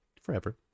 forever